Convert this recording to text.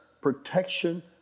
protection